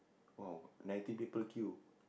!wow! ninety people queue